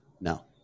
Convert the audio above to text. No